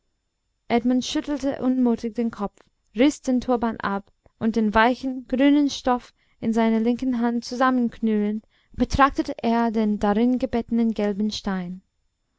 edmund schüttelte unmutig den kopf riß den turban ab und den weichen grünen stoff in seiner linken hand zusammenknüllend betrachtete er den darin gebetteten gelben stein